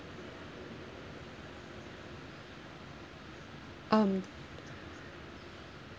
um